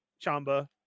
Chamba